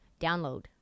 Download